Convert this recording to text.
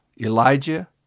Elijah